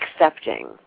accepting